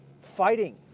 Fighting